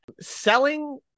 Selling